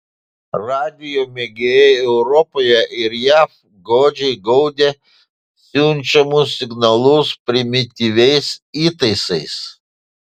radijo mėgėjai europoje ir jav godžiai gaudė siunčiamus signalus primityviais įtaisais